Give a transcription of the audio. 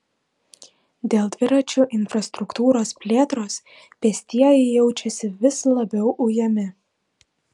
dėl dviračių infrastruktūros plėtros pėstieji jaučiasi vis labiau ujami